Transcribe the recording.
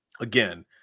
Again